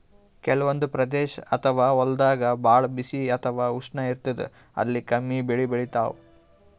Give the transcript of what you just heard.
ಕೆಲವಂದ್ ಪ್ರದೇಶ್ ಅಥವಾ ಹೊಲ್ದಾಗ ಭಾಳ್ ಬಿಸಿ ಅಥವಾ ಉಷ್ಣ ಇರ್ತದ್ ಅಲ್ಲಿ ಕಮ್ಮಿ ಬೆಳಿ ಬೆಳಿತಾವ್